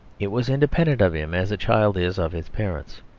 it was independent of him, as a child is of its parents.